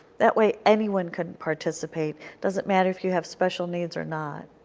that way anyone can participate. doesn't matter if you have special needs or not.